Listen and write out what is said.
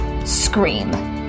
scream